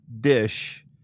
dish